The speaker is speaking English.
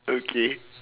okay